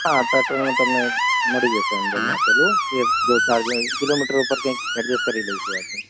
હા પેટ્રોલનું તમને મળી જશે અંદર નાખેલું એ તો ચાર્જ કંઈક કિલોમીટર પર એડ્જષ્ટ કરી લઈશું આપણે